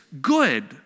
good